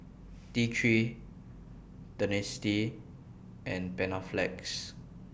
T three Dentiste and Panaflex